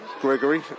Gregory